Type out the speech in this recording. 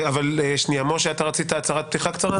משה, רצית הצהרת פתיחה קצרה?